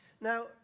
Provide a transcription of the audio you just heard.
Now